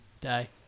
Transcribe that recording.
day